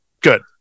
Good